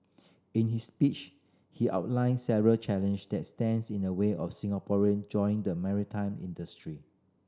in his speech he outlined several challenge that stands in the way of Singaporean joining the maritime industry